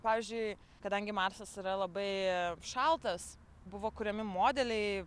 pavyzdžiui kadangi marsas yra labai šaltas buvo kuriami modeliai